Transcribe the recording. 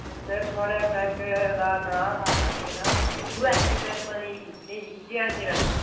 sir थोआड़े bank दा नांऽ था खबरै केह् नांऽ था यू एस बी बैंक पता नि नेईं जे एंड के बैंक